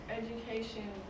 education